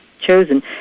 chosen